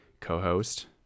co-host